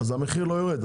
המחיר לא יורד,